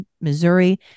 Missouri